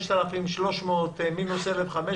5,300 מינוס 1,500